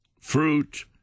fruit